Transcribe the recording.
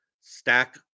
stack